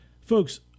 Folks